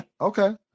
okay